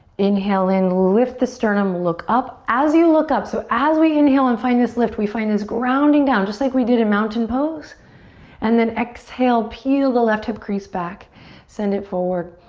inhale in lift the sternum look up as you look up so as we inhale and find this lift we find this grounding down just like we did in mountain pose and then exhale peel the left hip crease back send it forward